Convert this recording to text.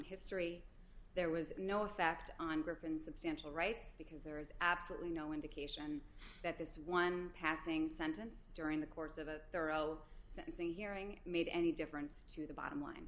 history there was no effect on griffin substantial rights because there is absolutely no indication that this one passing sentence during the course of a thorough sentencing hearing made any difference to the bottom line